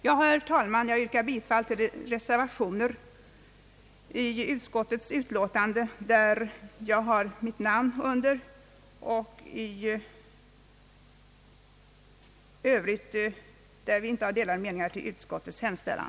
Herr talman! Jag ber att få yrka bifall till de reservationer till utskottets utlåtande vid vilka mitt namn återfinnes, och i övrigt, där vi inte har delade meningar, till utskottets hemställan.